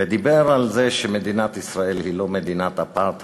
ודיבר על זה שמדינת ישראל היא לא מדינת אפרטהייד,